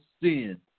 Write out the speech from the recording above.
sin